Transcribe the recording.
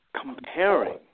comparing